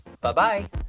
Bye-bye